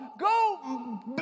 go